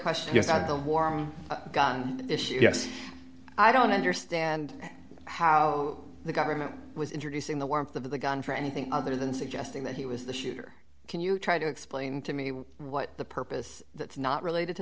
question just at the warm gun issue yes i don't understand how the government was introducing the warmth of the gun for anything other than suggesting that he was the shooter can you try to explain to me what the purpose that's not related to